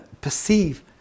perceive